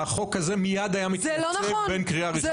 החוק הזה מיד היה מתקצר בין קריאה ראשונה לשנייה.